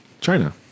China